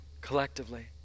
collectively